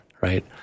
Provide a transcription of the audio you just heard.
right